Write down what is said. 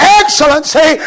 excellency